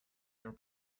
your